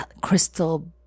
crystal